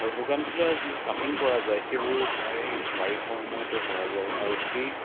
আৰু বগানভিলা যিবোৰ কাটিং কৰা যায় সেইবোৰ প্ৰায় বাৰিষাৰ সময়তে কৰা যায় আৰু সেই